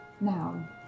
now